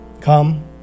Come